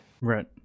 Right